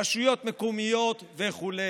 רשויות מקומיות וכו'.